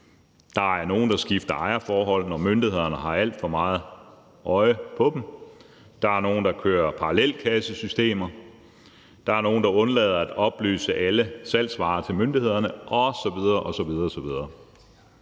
der er nogle, der skifter ejerforhold, når myndighederne har alt for meget øje på dem. Der er nogle, der kører parallelkassesystemer; der er nogle, der undlader at oplyse alle salgsvarer til myndighederne osv. osv.